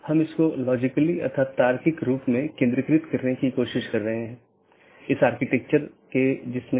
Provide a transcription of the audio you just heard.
BGP सत्र की एक अवधारणा है कि एक TCP सत्र जो 2 BGP पड़ोसियों को जोड़ता है